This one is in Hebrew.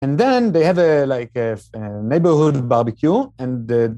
And then they have a like a neighborhood barbecue and the.